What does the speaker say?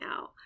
out